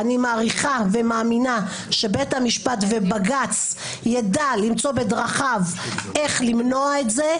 אני מעריכה ומאמינה שבית המשפט ובג"ץ ידע למצוא בדרכו איך למנוע את זה,